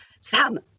Sam